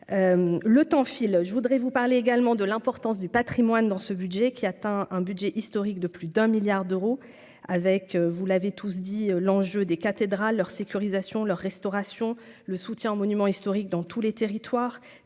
le temps file je voudrais vous parler également de l'importance du Patrimoine dans ce budget, qui atteint un budget historique de plus d'un milliard d'euros avec, vous l'avez tous dit l'enjeu des cathédrales leur sécurisation leur restauration, le soutien aux monuments historiques dans tous les territoires